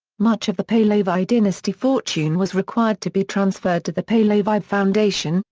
much of the pahlavi dynasty fortune was required to be transferred to the pahlavi foundation,